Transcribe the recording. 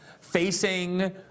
facing